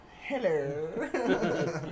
hello